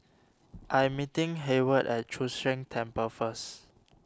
I'm meeting Hayward at Chu Sheng Temple first